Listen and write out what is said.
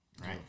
Right